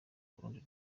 rundi